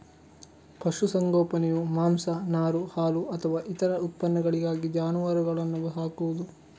ಪಶು ಸಂಗೋಪನೆಯು ಮಾಂಸ, ನಾರು, ಹಾಲು ಅಥವಾ ಇತರ ಉತ್ಪನ್ನಗಳಿಗಾಗಿ ಜಾನುವಾರುಗಳನ್ನ ಸಾಕುದು